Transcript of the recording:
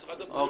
משרד הבריאות,